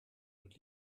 und